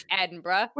Edinburgh